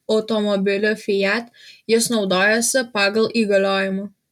automobiliu fiat jis naudojosi pagal įgaliojimą